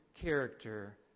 character